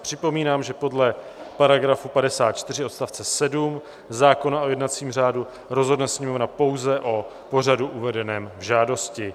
Připomínám, že podle § 54 odst. 7 zákona o jednacím řádu rozhodne Sněmovna pouze o pořadu uvedeném v žádosti.